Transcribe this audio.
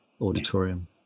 auditorium